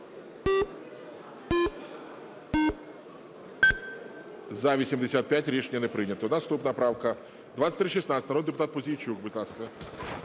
За-77 Рішення не прийнято. Наступна правка - 2317, народний депутат Тимофійчук.